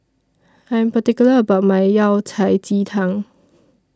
I'm particular about My Yao Cai Ji Tang